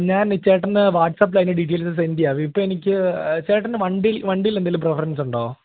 ഞാൻ ചേട്ടന് വാട്സപ്പില് അതിൻ്റെ ഡീറ്റൈൽസ് സെൻഡ് ചെയ്യാം അതിപ്പോള് എനിക്ക് ചേട്ടന് വണ്ടിയില് എന്തെങ്കിലും പ്രെഫറൻസുണ്ടോ